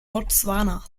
botswana